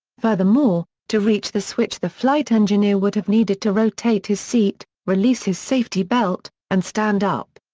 furthermore, to reach the switch the flight engineer would have needed to rotate his seat, release his safety belt, and stand up.